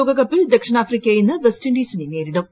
ലോകകപ്പിൽ ദക്ഷിണാഫ്രിക്ക ഇന്ന് വെസ്റ്റിൻഡീസിനെ നേരിടും